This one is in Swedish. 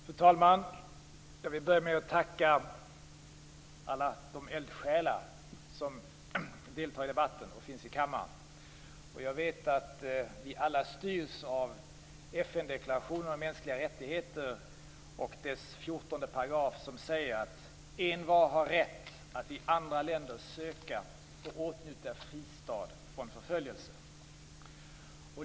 Fru talman! Jag vill börja med att tacka alla de eldsjälar som deltar i debatten och finns i kammaren. Jag vet att vi alla styrs av FN-deklarationen om mänskliga rättigheter och dess 14 § som säger att envar har rätt att i andra länder söka och åtnjuta fristad från förföljelse.